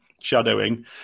shadowing